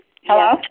Hello